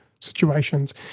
situations